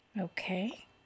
Okay